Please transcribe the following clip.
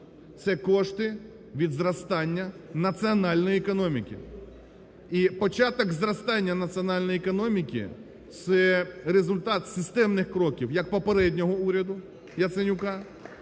це кошти від зростання національної економіки. І початок зростання національної економіки – це результат системних кроків як попереднього уряду Яценюка,